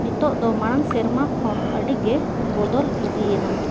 ᱱᱤᱛᱳᱜ ᱫᱚ ᱢᱟᱲᱟᱝ ᱥᱮᱨᱢᱟ ᱠᱷᱚᱱ ᱟᱹᱰᱤᱜᱮ ᱵᱚᱫᱚᱞ ᱤᱫᱤᱭᱮᱱᱟ